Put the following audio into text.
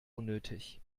unnötig